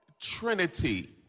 Trinity